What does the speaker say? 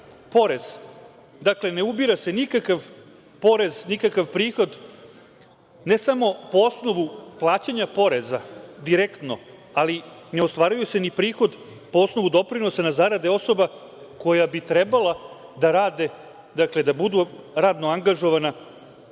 porez. Dakle, ne ubira se nikakv porez, nikakav prihod, ne samo po osnovu plaćanja poreza direktno, ali ne ostvaruje se ni prihod po osnovu doprinosa na zarade osoba koje bi trebalo da rade, dakle da budu radno angažovana